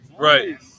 right